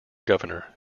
governor